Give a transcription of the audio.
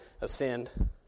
ascend